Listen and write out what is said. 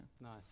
nice